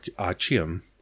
Achim